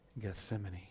Gethsemane